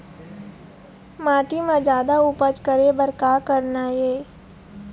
माटी म जादा उपज करे बर का करना ये?